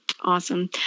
Awesome